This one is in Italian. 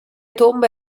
tombe